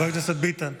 חבר הכנסת ביטן.